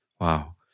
Wow